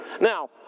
Now